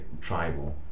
tribal